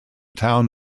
town